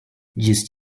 just